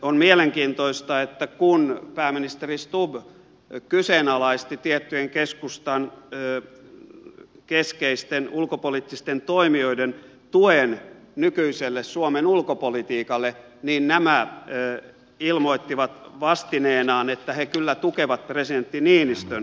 on mielenkiintoista että kun pääministeri stubb kyseenalaisti tiettyjen keskustan keskeisten ulkopoliittisten toimijoiden tuen nykyiselle suomen ulko politiikalle niin nämä ilmoittivat vastineenaan että he kyllä tukevat presidentti niinistön ulkopolitiikkaa